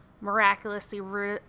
miraculously